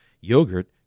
yogurt